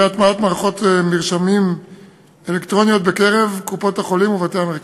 הטמעת מערכות מרשמים אלקטרוניות בקופות-החולים ובבתי-המרקחת.